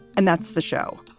and that's the show.